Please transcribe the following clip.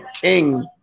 king